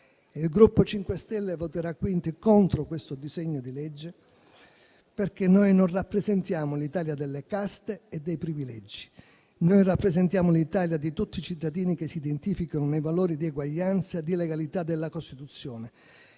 MoVimento 5 Stelle voterà quindi contro questo disegno di legge, perché noi non rappresentiamo l'Italia delle caste e dei privilegi. Noi rappresentiamo l'Italia di tutti i cittadini che si identificano nei valori di eguaglianza, di legalità della Costituzione;